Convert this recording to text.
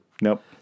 Nope